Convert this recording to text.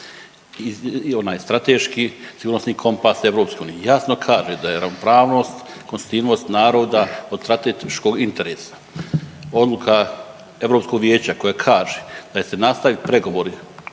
I onaj strateški sigurnosni kompas EU jasno kaže da je ravnopravnost, konstitutivnost naroda od strateškog interesa. Odluka Europskog vijeća koja kaže da će se nastavit pregovori